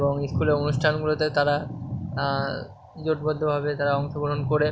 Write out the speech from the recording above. এবং স্কুলে অনুষ্ঠানগুলিতে তারা জোটবদ্ধভাবে তারা অংশগ্রহণ করে